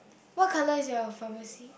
what colour is your pharmacy